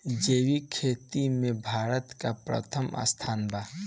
जैविक खेती में भारत का प्रथम स्थान बा